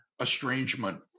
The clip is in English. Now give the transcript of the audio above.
estrangement